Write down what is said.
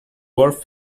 worth